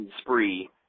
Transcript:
spree